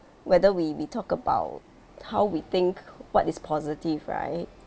whether we we talk about how we think what is positive right